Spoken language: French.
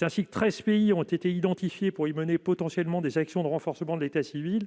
Ainsi, treize pays ont été identifiés pour y mener potentiellement des actions de renforcement de l'état civil.